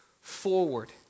forward